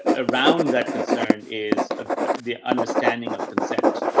ah around that concern is ah the understanding of consent.